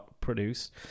produce